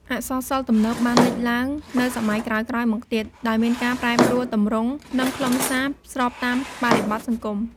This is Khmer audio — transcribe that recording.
អក្សរសិល្ប៍ទំនើបបានលេចឡើងនៅសម័យក្រោយៗមកទៀត ដោយមានការប្រែប្រួលទម្រង់ និងខ្លឹមសារស្របតាមបរិបទសង្គម។